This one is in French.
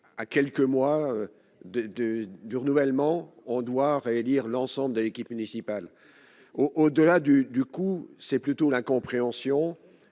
à quelques mois de de du renouvellement, on doit ré-élire l'ensemble de l'équipe municipale au-delà du, du coup, c'est plutôt l'incompréhension